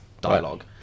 dialogue